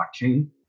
blockchain